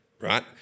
right